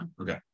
okay